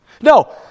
No